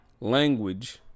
language